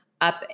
up